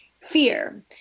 fear